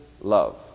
love